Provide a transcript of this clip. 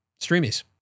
Streamies